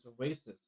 oasis